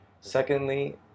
Secondly